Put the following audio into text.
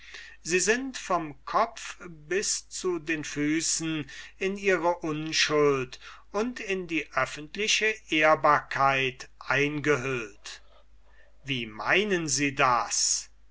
sie sind vom kopf bis zu den füßen in ihre unschuld und in die öffentliche ehrbarkeit eingehüllt wie meinen sie das